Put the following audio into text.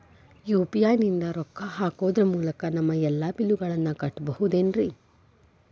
UPI ನಿಂದ ರೊಕ್ಕ ಹಾಕೋದರ ಮೂಲಕ ನಮ್ಮ ಎಲ್ಲ ಬಿಲ್ಲುಗಳನ್ನ ಕಟ್ಟಬಹುದೇನ್ರಿ?